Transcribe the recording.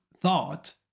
thought